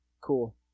cool